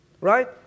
Right